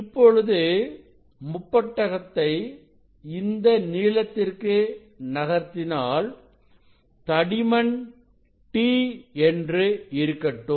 இப்பொழுதுமுப்பட்டகத்தை இந்த நீளத்திற்கு நகர்த்தினாள் தடிமன் t என்று இருக்கட்டும்